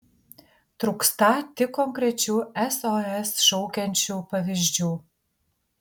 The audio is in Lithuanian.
trūkstą tik konkrečių sos šaukiančių pavyzdžių